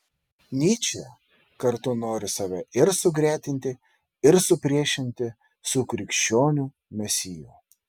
nyčė kartu nori save ir sugretinti ir supriešinti su krikščionių mesiju